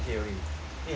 eh 他们